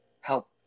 help